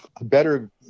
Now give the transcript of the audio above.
better